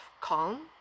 calm